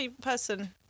person